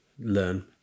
Learn